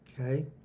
okay